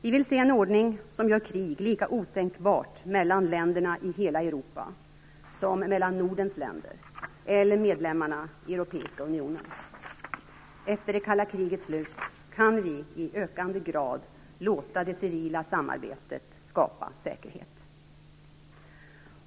Vi vill se en ordning som gör krig lika otänkbart mellan länderna i hela Europa som mellan Nordens länder eller medlemmarna i Europeiska unionen. Efter det kalla krigets slut kan vi i ökande grad låta det civila samarbetet skapa säkerhet.